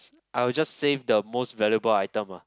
I'll just save the most valuable item lah